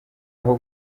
aho